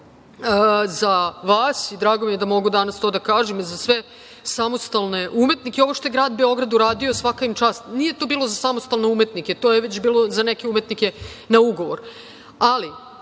za vas i drago mi je da mogu danas to da kažem i za sve samostalne umetnike, ovo što je Grad Beograd uradio, svaka im čast, nije to bilo za samostalne umetnike, to je već bilo za neke umetnike na ugovor,